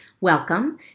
Welcome